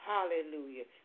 Hallelujah